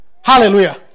hallelujah